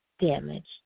damaged